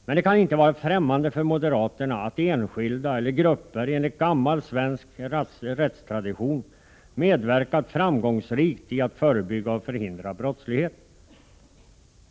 Men det kan inte vara främmande för moderaterna att enskilda eller grupper enligt gammal svensk rättstradition medverkat framgångsrikt i att förebygga och förhindra brottslighet.